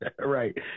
Right